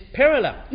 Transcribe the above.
parallel